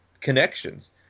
Connections